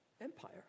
Empire